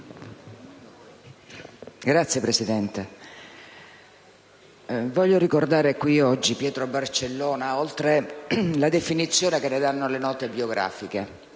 Signor Presidente, voglio ricordare qui, oggi, Pietro Barcellona, andando oltre la definizione che ne danno le note biografiche: